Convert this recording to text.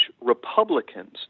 Republicans